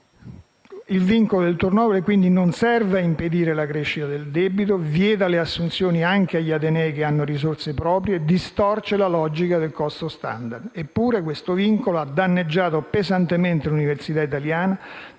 il vincolo del *turnover* non serve a impedire la crescita del debito, vieta le assunzioni anche agli atenei che hanno risorse proprie, distorce la logica del costo *standard*. Eppure, questo vincolo ha danneggiato pesantemente l'università italiana,